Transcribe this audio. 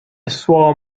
swarm